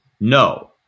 No